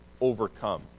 overcome